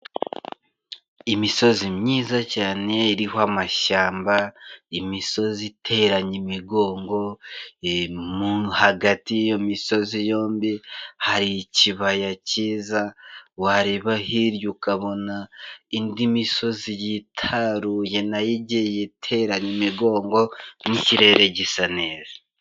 Imisozi myiza cyane iriho amashyamba, imisozi iteranye imigongo, hagati y'iyo misozi yombi hari ikibaya cyiza wareba hirya ukabona indi misozi yitaruye nayo igiye iteranye imigongo n'ikirere gisa neza.